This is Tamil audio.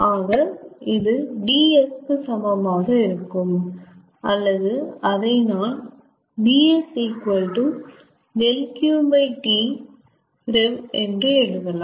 ஆக இது dS கு சமமாக இருக்கும் அல்லது நான் அதை 𝑑𝑆 𝛿𝑄𝑇|𝑟𝑒𝑣 என்று எழுதலாம்